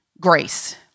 grace